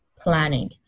planning